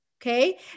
Okay